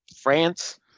France